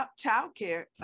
childcare